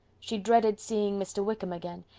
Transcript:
she dreaded seeing mr. wickham again,